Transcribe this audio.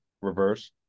Reverse